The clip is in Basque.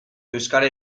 euskara